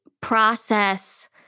process